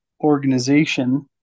organization